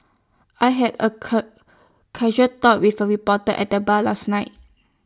I had A casual talk with A reporter at the bar last night